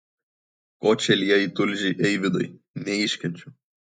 ko čia lieji tulžį eivydai neiškenčiau